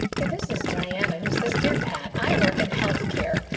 yeah this is diana who says, dear pat, i work in health care.